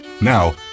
Now